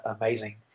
amazing